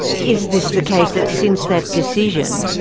is this the case that since that decision,